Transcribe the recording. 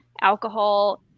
alcohol